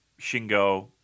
Shingo